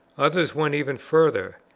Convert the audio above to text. others went even further,